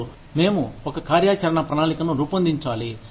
అప్పుడు మేము ఒక కార్యాచరణ ప్రణాళికను రూపొందించాలి